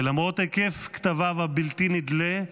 ולמרות היקף כתביו הבלתי-נדלה,